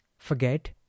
forget